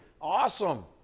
Awesome